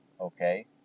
Okay